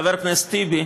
חבר הכנסת טיבי,